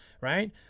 Right